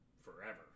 forever